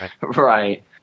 Right